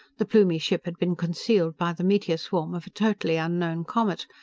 the plumie ship had been concealed by the meteor swarm of a totally unknown comet.